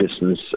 business